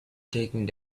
taking